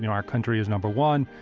yeah our country is number one,